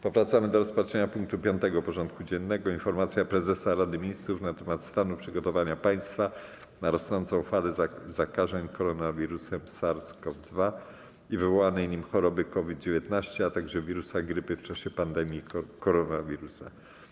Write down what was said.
Powracamy do rozpatrzenia punktu 5. porządku dziennego: Informacja Prezesa Rady Ministrów na temat stanu przygotowania państwa na rosnącą falę zakażeń koronawirusem SARS-CoV-2 i wywoływanej nim choroby COVID-19, a także wirusa grypy w czasie pandemii koronawirusa.